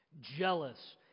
jealous